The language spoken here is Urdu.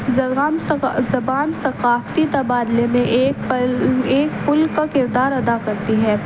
زبان زبان ثقافتی تبادلے میں ایک پل ایک پل کا کردار ادا کرتی ہے